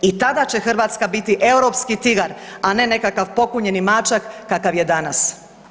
I tada će Hrvatska biti europski tigar, a ne nekakav pokunjeni mačak kakav je danas.